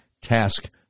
task